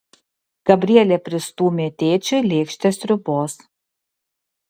gabrielė pristūmė tėčiui lėkštę sriubos